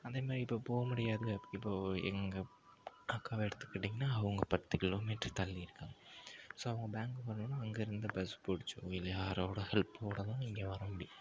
அதே மாதிரி இப்போ போக முடியாது இப்போ எங்கள் அக்காவை எடுத்துக்கிட்டிங்கன்னா அவங்க பத்து கிலோ மீட்ரு தள்ளி இருக்காங்க ஸோ அவங்க பேங்க் போகணும்னா அங்கேஇருந்து பஸ் பிடிச்சி போய்ருது யாரோட ஹெல்ப் போடவும் இங்கே வர முடி